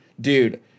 Dude